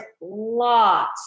lots